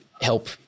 help